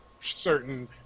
certain